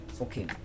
okay